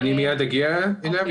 אני מיד אגיע אליו.